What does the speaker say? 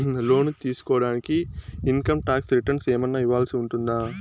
లోను తీసుకోడానికి income tax returns ఏమన్నా ఇవ్వాల్సి ఉంటుందా